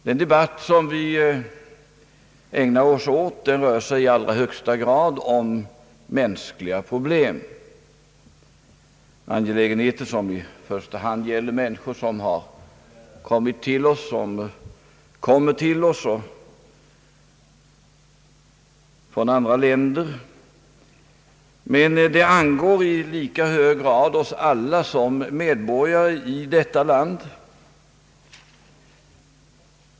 Den debatt som vi ägnar oss åt rör sig i allra högsta grad om mänskliga problem, angelägenheter som i första hand gäller människor som har kommit och människor som kommer till oss från andra länder. Men det angår i lika hög grad oss alla som medborgare i detta land.